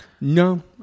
No